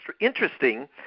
interesting